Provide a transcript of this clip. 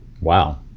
Wow